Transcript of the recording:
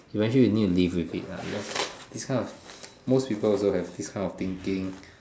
eventually you need to live with it because this kind of most people will also have this kind of thinking